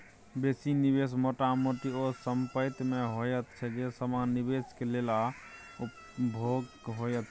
बेसी निवेश मोटा मोटी ओ संपेत में होइत छै जे समान निवेश के लेल आ उपभोग के होइत छै